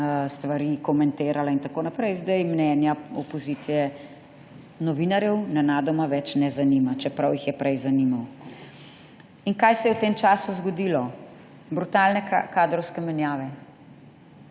stvari komentirala in tako naprej. Zdaj mnenje opozicije novinarjev nenadoma več ne zanima, čeprav jih je prej zanimalo. In kaj se je v tem času zgodilo? Brutalne kadrovske menjave.